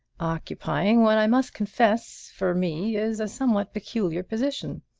occupying what i must confess, for me, is a somewhat peculiar position.